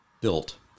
built